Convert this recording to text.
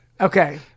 Okay